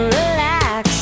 Relax